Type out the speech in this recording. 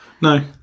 No